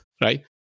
right